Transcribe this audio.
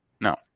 No